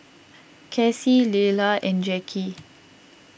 Kacy Leyla and Jackie